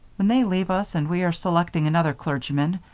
when they leave us and we are selecting another clergyman,